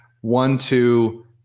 one-two